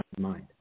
mind